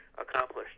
accomplished